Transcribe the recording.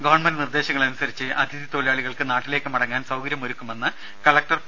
government നിർദേശങ്ങൾ അനുസരിച്ച് അതിഥി തൊഴിലാളികൾക്ക് നാട്ടിലേക്ക് മടങ്ങാൻ സൌകര്യം ഒരുക്കുമെന്ന് കലക്ടർ പി